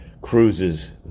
cruises